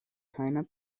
keiner